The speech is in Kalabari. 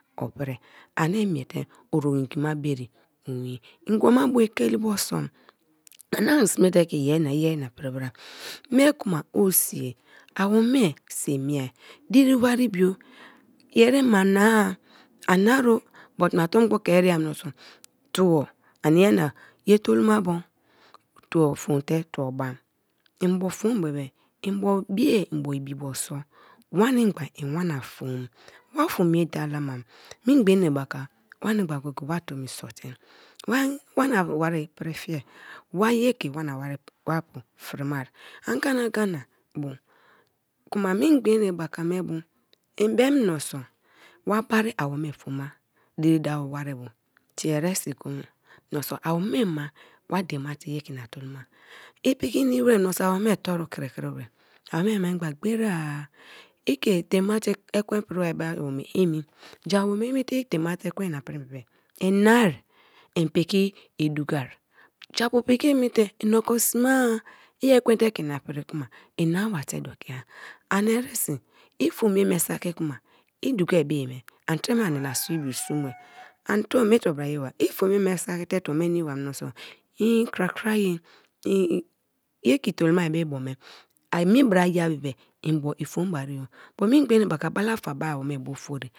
Opri ani miete oringima beri owin ngima bo ekeli bosom ani sme te keiperna yerna pri bra me konba o sii mie diri wari bio yeri ma na-a, ania ania o but ma torugbo ke-erea menso tuo ania nia ye tolomabo tuo fom te tuo bam ini bo fom bebe mbo mie mbo ibibo so wanigba iwaen fom wa fom ye da la mam memgba enegbaka wani gba go go e wa tomi sote. wa wana wari pri fie wayeke wana wari be apu fri mia angana aigana bu kuna memgba enebaka me be im bem menso wa bara awome fom ma diri dawo wari bu tei eresi kuma menso awome ma wa dien ma te ye ke ina toloma i piki nimi wra menso awome toru kri kri wra awomee mingba gberi a ike dein ma te ekwen ina prim bebe inai in piki i dokarii jaapu piki emi te unioko smea i e kwen te keina pri kuma inaaba te nokia ani eresi i fom yeme saki kuma idokia bu ye mi ani tre me aniina sibibio so mue an tuo me i to bra yeba i fom ye me sakite tuo me nimaiba menso inn krakraye ye itoloma be bo mea me bra ye bebe mbo i fom bari o but memgba enebaka balafa ba awome bu o fori.